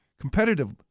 competitive